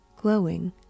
glowing